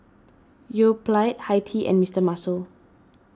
Yoplait Hi Tea and Mister Muscle